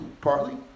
Partly